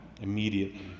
immediately